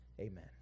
amen